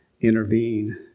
Intervene